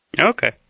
okay